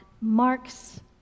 marks